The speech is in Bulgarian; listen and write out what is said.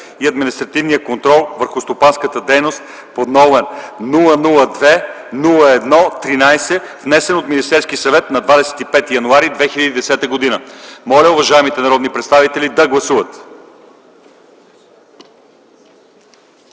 и административния контрол върху стопанската дейност, № 002-01-13, внесен от Министерския съвет на 25 януари 2010 г. Моля уважаемите народни представители да гласуват.